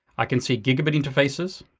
i can see gigabit interfaces.